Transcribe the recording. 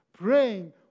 Praying